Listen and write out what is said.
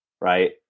right